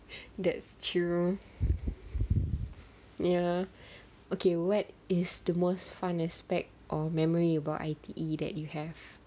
that's true ya okay what is the most fun aspect or memory about I_T_E that you have